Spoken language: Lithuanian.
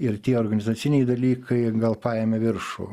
ir tie organizaciniai dalykai gal paėmė viršų